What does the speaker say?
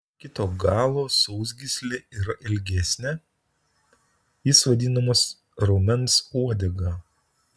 kito galo sausgyslė yra ilgesnė jis vadinamas raumens uodega